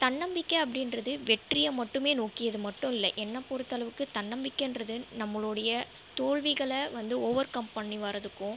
தன்னம்பிக்கை அப்படின்றது வெற்றியை மட்டுமே நோக்கியது மட்டும் இல்லை என்னை பொறுத்தளவுக்கு தன்னம்பிக்கன்றது நம்மளோடைய தோல்விகளை வந்து ஓவர்கம் பண்ணி வரதுக்கும்